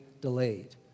delayed